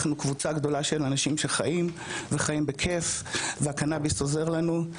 אנחנו קבוצה גדולה של אנשים שחיים וחיים בכייף והקנביס עוזר לנו.